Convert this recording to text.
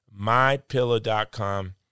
MyPillow.com